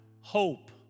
hope